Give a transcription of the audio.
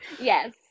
Yes